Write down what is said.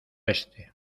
este